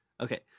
okay